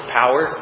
power